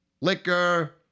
Liquor